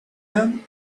him